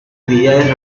actividades